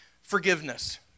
forgiveness